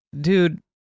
dude